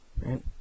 Right